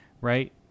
right